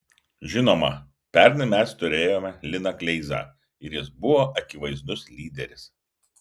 žinoma pernai mes turėjome liną kleizą ir jis buvo akivaizdus lyderis